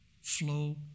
flow